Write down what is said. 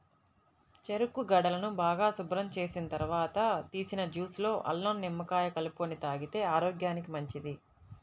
చెరుకు గడలను బాగా శుభ్రం చేసిన తర్వాత తీసిన జ్యూస్ లో అల్లం, నిమ్మకాయ కలుపుకొని తాగితే ఆరోగ్యానికి మంచిది